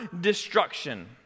destruction